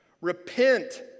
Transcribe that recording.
Repent